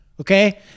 okay